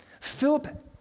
Philip